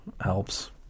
helps